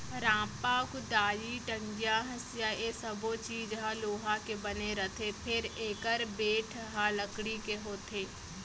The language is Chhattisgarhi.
रांपा, कुदारी, टंगिया, हँसिया ए सब्बो चीज ह लोहा के बने रथे फेर एकर बेंट ह लकड़ी के होथे